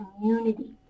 community